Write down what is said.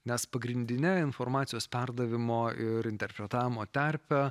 nes pagrindine informacijos perdavimo ir interpretavimo terpė